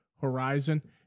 horizon